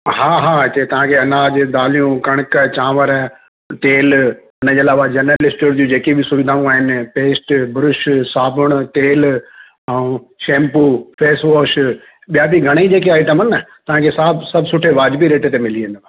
हा हा हिते तव्हांखे अनाज दालियूं कणिक चांवरु तेल हुन जे अलावा जनरल लिस्ट जी जेकी बि सुविधाऊं आहिनि पेस्ट ब्रुश साबुण तेल ऐं शेम्पू फेसवॉश ॿिया बि घणई जेके आइटम आहिनि न तव्हांखे साब सभु सुठे वाजिबी रेट ते मिली वेंदो